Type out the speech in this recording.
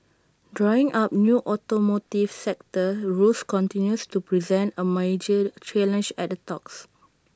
drawing up new automotive sector rules continues to present A major challenge at the talks